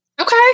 Okay